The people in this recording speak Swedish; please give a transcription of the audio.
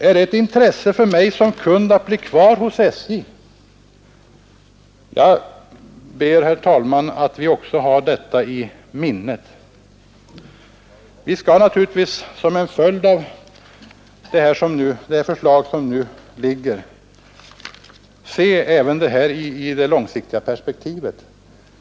Jag ber, herr talman, att vi också har detta i minnet. Vi måste se det förslag som nu ligger även i det långsiktiga perspektivet.